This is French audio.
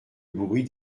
bruit